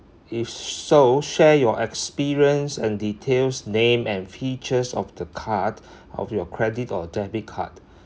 if so share your experience and details name and features of the card of your credit or debit card